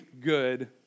good